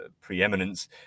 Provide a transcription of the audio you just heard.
preeminence